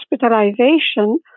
hospitalization